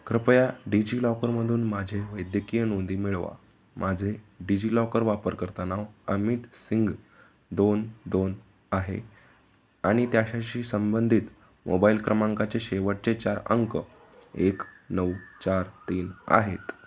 कृपया डिजि लॉकरमधून माझे वैद्यकीय नोंदी मिळवा माझे डिजि लॉकर वापरकर्ता नाव अमित सिंग दोन दोन आहे आणि त्याच्याशी संबंधित मोबाईल क्रमांकाचे शेवटचे चार अंक एक नऊ चार तीन आहेत